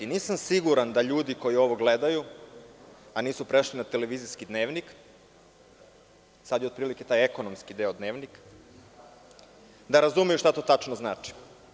Nisam siguran da ljudi koji ovo gledaju, a nisu prešli na televizijski Dnevnik, sad je otprilike taj ekonomski deo Dnevnika, da razumeju šta to tačno znači.